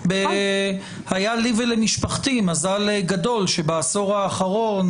היה לי ולמשפחתי מזל גדול שבעשור האחרון